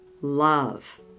love